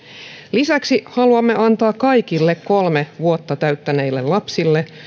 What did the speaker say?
lisäksi haluamme antaa kaikille kolme vuotta täyttäneille lapsille